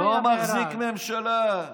לא מחזיק ממשלה.